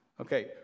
Okay